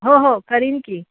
हो हो करीन की